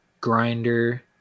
grinder